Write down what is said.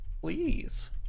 Please